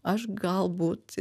aš galbūt